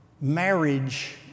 marriage